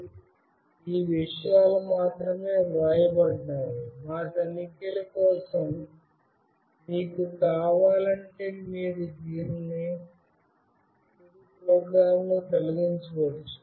మరియు ఈ విషయాలు మాత్రమే వ్రాయబడ్డాయి మా తనిఖీల కోసం మీకు కావాలంటే మీరు దానిని తుది ప్రోగ్రామ్లో తొలగించవచ్చు